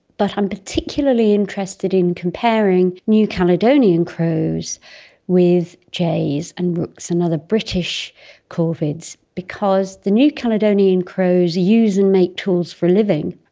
but i'm particularly interested in comparing new caledonian crows with jays and rooks and other british corvids because the new caledonian crows use and make tools for a living,